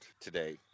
today